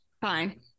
Fine